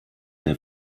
der